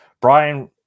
Brian